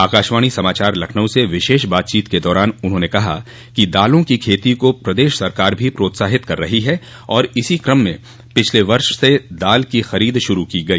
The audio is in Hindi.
आकाशवाणी समाचार लखनऊ से विशेष बातचीत के दौरान उन्होंने कहा कि दालों की खेती को प्रदेश सरकार भी प्रोत्साहित कर रही है और इसी क्रम में पिछले वर्ष से दाल की खरीद शूरू की गई